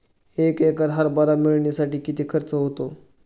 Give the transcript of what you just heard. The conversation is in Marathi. एक एकर हरभरा मळणीसाठी किती खर्च होतो?